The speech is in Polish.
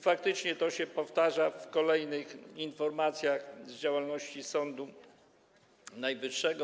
Faktycznie to się powtarza w kolejnych informacjach o działalności Sądu Najwyższego.